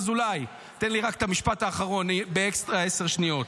תן לי רק את המשפט האחרון באקסטרה עשר שניות.